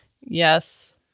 Yes